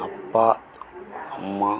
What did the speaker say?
அப்பா அம்மா